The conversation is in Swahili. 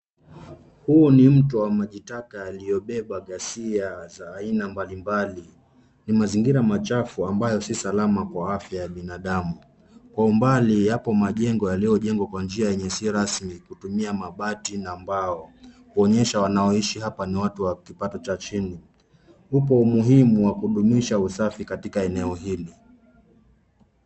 Huu ni mto wa maji taka yaliobeba ghasia za aina mbali mbali, ni mazingira machafu ambayo si salama kwa afya ya binadamu , kwa umbali yapo majengo yaliojengwa kwa njia yenye si rasmsi kutumia mabati na mbao kuonyesha wanaoishi hapa ni watu wa kipato cha chini. Upo umuhimu wa kudumisha usafi katika eneo hili.